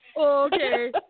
Okay